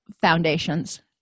foundations